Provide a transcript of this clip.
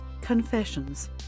Confessions